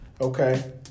okay